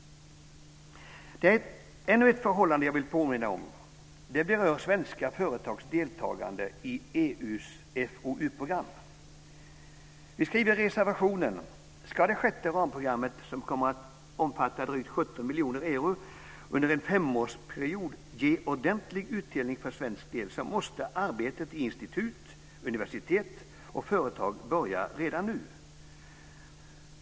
Jag vill också påminna om ännu ett förhållande, som berör svenska företags deltagande i EU:s FoU program. Vi skriver i reservationen: "Skall det sjätte ramprogrammet, som kommer att omfatta drygt 17 miljoner euro under en femårsperiod, ge ordentlig utdelning för svensk del, måste arbetet i institut, universitet och företag börja redan nu.